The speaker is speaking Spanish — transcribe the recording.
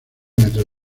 metros